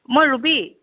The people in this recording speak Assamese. মই ৰুবী